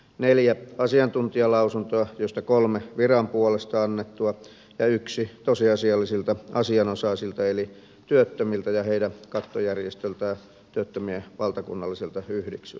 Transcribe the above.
neljä asiantuntijalausuntoa joista kolme on viran puolesta annettuja ja yksi tosiasiallisilta asianosaisilta eli työttömiltä ja heidän kattojärjestöltään työttömien valtakunnalliselta yhteistyöjärjestöltä